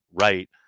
right